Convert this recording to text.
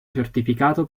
certificato